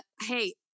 hey